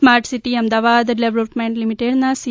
smart city Ahmedabad development લિમિટેડના C